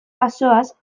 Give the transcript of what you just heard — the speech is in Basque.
bazoaz